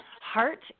heart